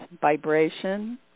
vibration